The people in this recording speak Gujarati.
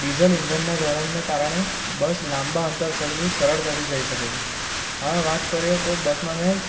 ડીઝલ ઈંધણના ધોરણને કારણે બસ લાંબા અંતર સરથી સરળતાથી જઈ શકે છે હવે વાત કરીએ તો બસમાં મેં